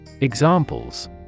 Examples